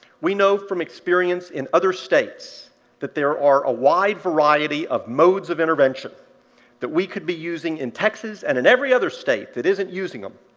we know from experience in other states that there are a wide variety of modes of intervention that we could be using in texas, and in every other state that isn't using them,